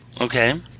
Okay